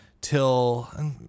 till